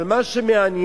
אבל מה שמעניין,